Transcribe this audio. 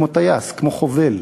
כמו טייס, כמו חובל,